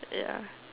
ya